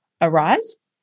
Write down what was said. arise